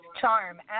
Charm